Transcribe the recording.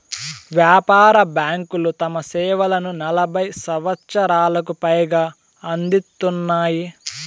వ్యాపార బ్యాంకులు తమ సేవలను నలభై సంవచ్చరాలకు పైగా అందిత్తున్నాయి